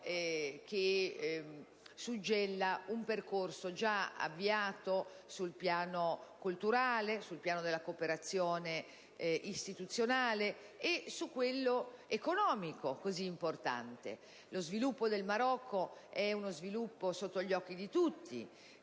suggella un percorso già avviato sul piano culturale, sul piano della cooperazione istituzionale e sul piano economico, che è così importante. Lo sviluppo del Marocco è sotto gli occhi di tutti.